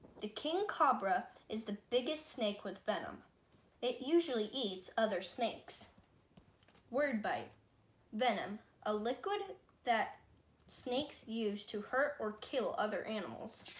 the king cobra is the biggest snake with them it usually eats other snakes word bite venom a liquid that snakes use to hurt or kill other animals